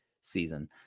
season